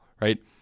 right